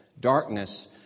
darkness